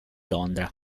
londra